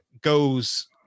goes